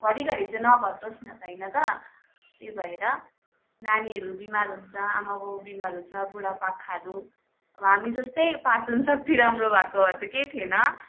घरिघरि चाहिँ नघटोस् न त होइन त त्यही भएर नानीहरू बिमार हुन्छ आमाबाउ बिमार हुन्छ बुढापाकाहरू अब हामी जस्तै पाचन शक्ति राम्रो भएको भए त केही थिएन